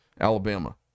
alabama